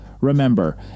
Remember